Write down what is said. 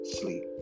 sleep